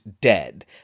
dead